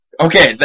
Okay